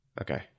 Okay